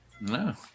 No